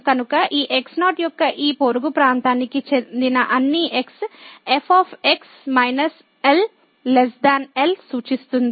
కనుక ఈ x0 యొక్క ఈ పొరుగు ప్రాంతానికి చెందిన అన్ని x | f − L | L సూచిస్తుంది